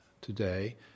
today